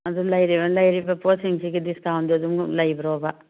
ꯑꯗꯨ ꯂꯩꯔꯤꯕ ꯂꯩꯔꯤꯕ ꯄꯣꯠꯁꯤꯡꯁꯤꯒꯤ ꯗꯤꯁꯀꯥꯎꯟꯗꯤ ꯑꯗꯨꯃꯛ ꯂꯩꯕ꯭ꯔꯣꯕ